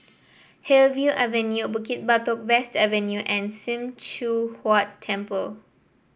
Hillview Avenue Bukit Batok West Avenue and Sim Choon Huat Temple